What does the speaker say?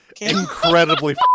Incredibly